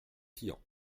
tian